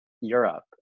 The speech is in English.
Europe